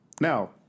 now